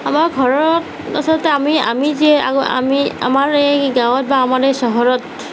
আমাৰ ঘৰত আচলতে আমি আমি যি আমি আমাৰ এই গাঁৱত বা আমাৰ এই চহৰত